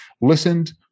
listened